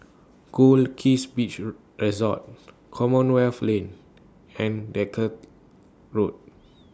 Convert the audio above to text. Goldkist Beach Resort Commonwealth Lane and Dalkeith Road